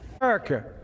America